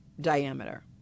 diameter